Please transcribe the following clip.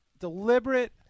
deliberate